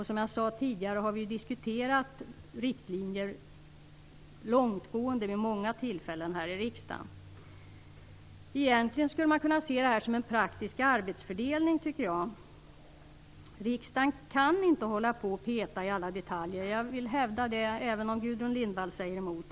Som jag sade tidigare har vi diskuterat riktlinjer långtgående vid många tillfällen här i riksdagen. Egentligen skulle man kunna se det som en praktisk arbetsfördelning, tycker jag. Riksdagen kan inte peta i alla detaljer. Jag vill hävda det, även om Gudrun Lindvall säger emot.